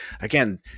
again